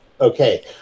Okay